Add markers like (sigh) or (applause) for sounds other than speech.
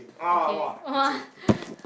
okay !wah! (breath)